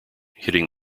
hitting